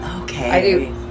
Okay